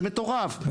זה מטורף,